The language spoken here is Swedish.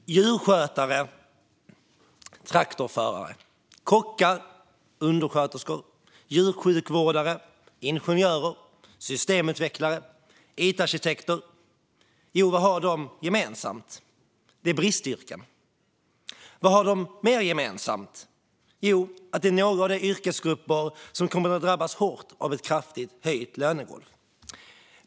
Fru talman! Djurskötare, traktorförare, kockar, undersköterskor, djursjukvårdare, ingenjörer, systemutvecklare och it-arkitekter - vad har de gemensamt? Jo, de är bristyrken. Vad har de mer gemensamt? Jo, de är några av de yrkesgrupper som kommer att drabbas hårt av ett kraftigt höjt lönegolv.